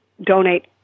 donate